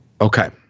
okay